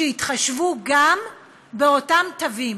שיתחשבו גם באותם תווים.